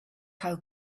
how